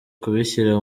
kubishyira